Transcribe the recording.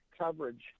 coverage